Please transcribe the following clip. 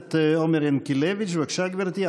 הכנסת עומר ינקלביץ', בבקשה, גברתי.